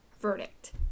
verdict